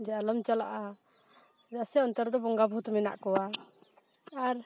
ᱡᱮ ᱟᱞᱚᱢ ᱪᱟᱞᱟᱜᱼᱟ ᱪᱮᱫᱟᱜ ᱥᱮ ᱚᱱᱛᱮᱨᱮᱫᱚ ᱵᱚᱸᱜᱟ ᱵᱷᱩᱛ ᱢᱮᱱᱟᱜ ᱠᱚᱣᱟ ᱟᱨ